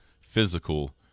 physical